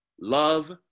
love